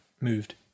moved